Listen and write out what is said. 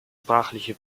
sprachliche